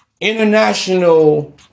International